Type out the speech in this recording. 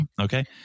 Okay